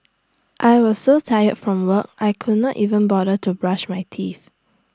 I was so tired from work I could not even bother to brush my teeth